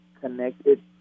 connected